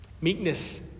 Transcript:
Meekness